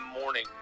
morning